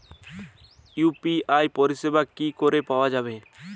UPI পরিষেবা কি করে পাওয়া যাবে?